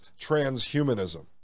transhumanism